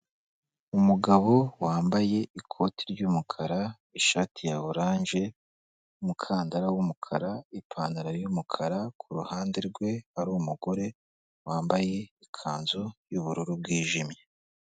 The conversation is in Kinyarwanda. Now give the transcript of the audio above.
Umugabo wambaye ikoti ry'umukara, ishati ya oranje, umukandara w'umukara, ipantaro y'umukara, ku ruhande rwe hari umugore, wambaye ikanzu y'ubururu bwijimye.